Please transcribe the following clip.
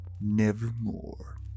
Nevermore